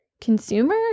consumer